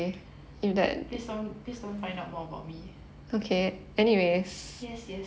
please don't please don't find out more about me